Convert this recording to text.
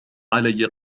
علي